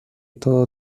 todo